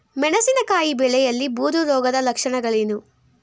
ಮೆಣಸಿನಕಾಯಿ ಬೆಳೆಯಲ್ಲಿ ಬೂದು ರೋಗದ ಲಕ್ಷಣಗಳೇನು?